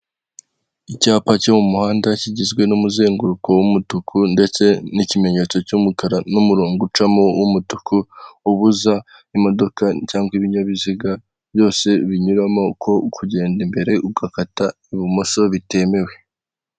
Icyapa cyo mu muhanda kigizwe n'umuzenguruko w'umutuku ndetse n'ikimenyetso cy'umukara n'umurongo ucamo w'umutuku, ubuza imodoka cyangwa ibinyabiziga byose binyuramo uko kugenda imbere ugakata ibumoso bitemewe.